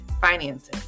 finances